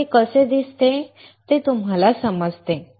तर ते कसे दिसते ते तुम्हाला समजते